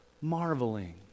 marveling